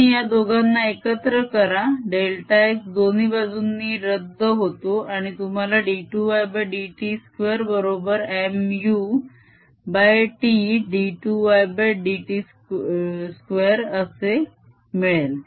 तुम्हीया दोघांना एकत्र करा डेल्टा x दोन्ही बाजूंनी रद्द होतो आणि तुम्हाला d2ydt2 बरोबर m u Td2ydt2 मिळेल